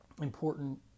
important